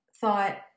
thought